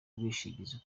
bwishingizi